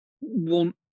want